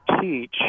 teach